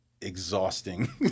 exhausting